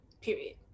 period